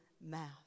mouth